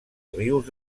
rius